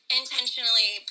intentionally